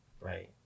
Right